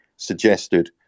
Suggested